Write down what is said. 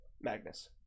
Magnus